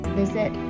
visit